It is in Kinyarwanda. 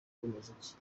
by’umuziki